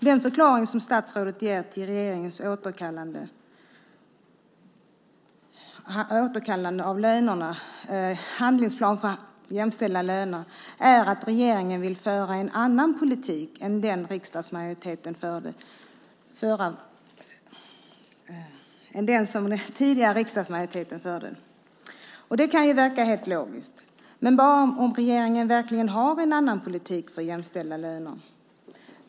Den förklaring som statsrådet ger till regeringens återkallande av handlingsplanen för jämställda löner är att regeringen vill föra en annan politik än den tidigare riksdagsmajoriteten förde. Det kan verka helt logiskt. Men bara om regeringen verkligen har en annan politik för jämställda löner.